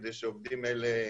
כדי שעובדים אלה,